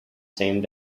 same